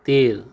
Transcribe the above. તેર